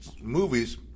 movies